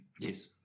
yes